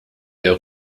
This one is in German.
der